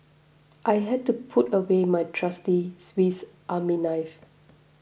I had to put away my trusty Swiss Army knife